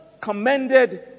commended